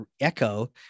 echo